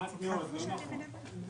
מעט מאוד, לא נכון.